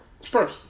Spurs